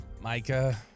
Micah